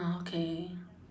ah okay